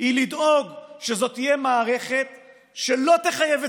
לדאוג שזו תהיה מערכת שלא תחייב את